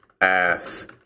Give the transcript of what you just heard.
ass